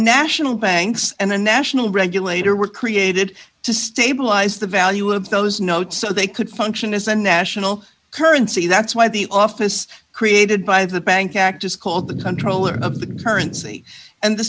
national banks and the national regulator were created to stabilize the value of those notes so they could function as a national currency that's why the office created by the bank act is called the controller of the currency and the